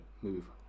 move